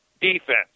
defense